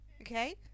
okay